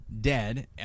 dead